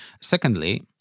Secondly